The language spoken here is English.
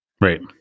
Right